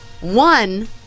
one